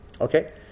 Okay